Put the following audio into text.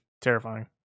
terrifying